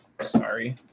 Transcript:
Sorry